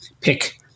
pick